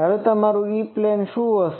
હવે તમારું E plane શુ હશે